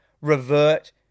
revert